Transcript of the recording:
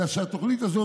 אלא שהתוכנית הזאת,